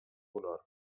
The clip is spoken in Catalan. honor